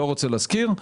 אני לא רוצה להזכיר,